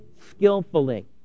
skillfully